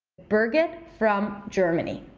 birgit from germany.